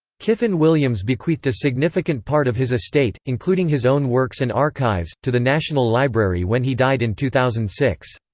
kyffin williams bequeathed a significant part of his estate, including his own works and archives, to the national library when he died in two thousand and six.